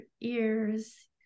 ears